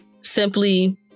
simply